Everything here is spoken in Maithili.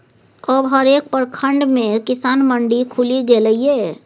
अब हरेक प्रखंड मे किसान मंडी खुलि गेलै ये